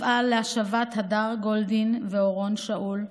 אפעל להשבת הדר גולדין ואורון שאול.